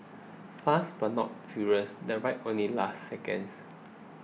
fast but not very furious the ride only lasted seconds